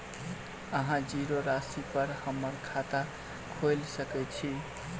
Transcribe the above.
अहाँ जीरो राशि पर हम्मर खाता खोइल सकै छी?